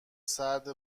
سرد